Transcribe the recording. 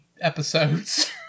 episodes